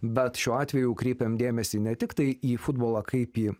bet šiuo atveju kreipiame dėmesį ne tiktai į futbolą kaip į